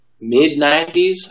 mid-90s